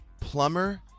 plumber